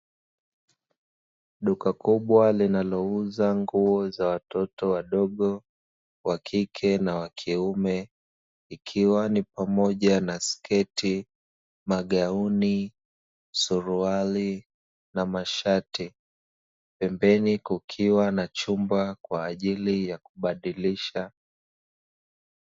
Duka kubwa linalouza nguo za watoto wadogo wa kike na wa kiume, ikiwa ni pamoja na sketi, magauni, suruali na mashati pembeni kukiwa na chumba kwa ajili ya kubadilisha.